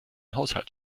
haushalt